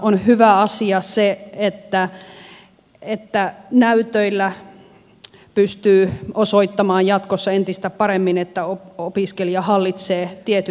on hyvä asia se että näytöillä pystyy osoittamaan jatkossa entistä paremmin että opiskelija hallitsee tietyt asiat